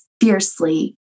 fiercely